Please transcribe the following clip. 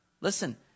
Listen